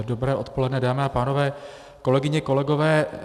Dobré odpoledne, dámy a pánové, kolegyně a kolegové.